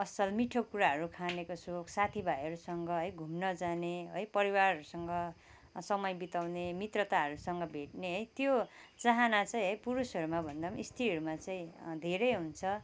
असल मिठो कुराहरू खानेको सोख साथी भाइहरूसँग है घुम्न जाने है परिवारहरूसँग समय बिताउने मित्रताहरूसँग भेटने है त्यो चाहाना चाहिँ है पुरुषहरूमाभन्दा पनि सत्रीहरूमा चाहिँ धेरै हुन्छ